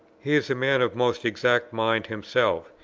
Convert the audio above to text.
he is a man of most exact mind himself,